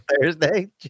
Thursday